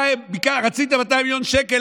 רציתם 200 מיליון שקל,